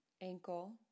Ankle